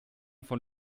von